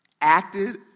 acted